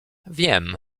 wiem